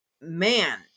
man